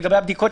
לגבי הבדיקות.